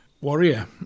Warrior